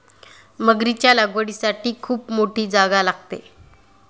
मगरीच्या लागवडीसाठी खूप मोठी जागा लागते